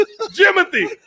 Jimothy